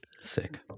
Sick